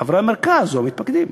חברי המרכז או המתפקדים.